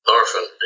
orphan